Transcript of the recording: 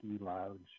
Lounge